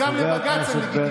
איך ראש הממשלה חתם על,